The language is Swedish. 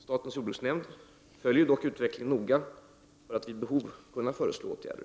Statens jordbruksnämnd följer dock utvecklingen noga för att vid behov kunna föreslå åtgärder.